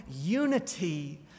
unity